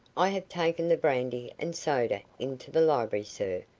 i have taken the brandy and soda into the library, sir,